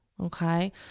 Okay